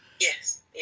Yes